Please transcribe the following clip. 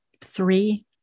three